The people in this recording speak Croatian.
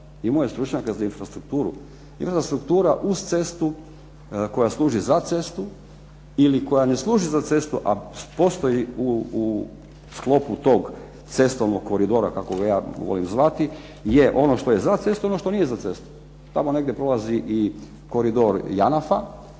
Imao je stručnjaka za infrastrukturu, infrastruktura uz cestu, koja služi za cestu ili koja ne služi za cestu a postoji u sklopu tog cestovnog koridora kako ga ja volim zvati je ono što je za cestu, ono što nije za cestu. Tamo negdje prolazi koridor Janaf-a